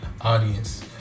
audience